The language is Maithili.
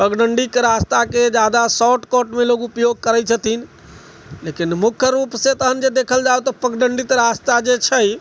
पगडण्डीके रास्ताके जादा शॉर्टकटमे लोग उपयोग करै छथिन लेकिन मुख्य रूपसँ तहन जे देखल जाउ तऽ पगडण्डित रास्ता जे छै